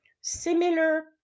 similar